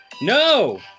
No